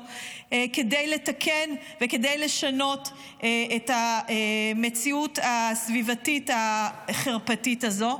כדי לתקן וכדי לשנות את המציאות הסביבתית החרפתית הזו.